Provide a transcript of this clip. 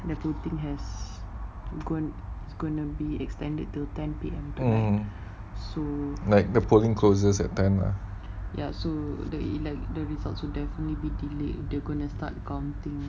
mmhmm like the polling closes at ten lah